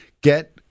get